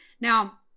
Now